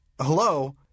hello